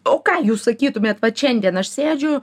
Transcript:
o ką jūs sakytumėt vat šiandien aš sėdžiu